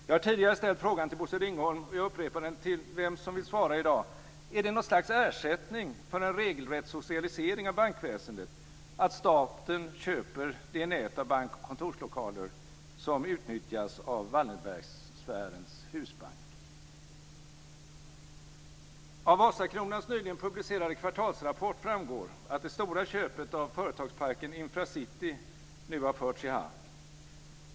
Jag har tidigare ställt frågan till Bosse Ringholm och jag upprepar den till den som i dag vill svara: Är det något slags ersättning för en regelrätt socialisering av bankväsendet att staten köper det nät av bank och kontorslokaler som utnyttjas av Wallenbergsfärens husbank? Infra City nu har förts i hamn.